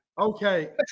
Okay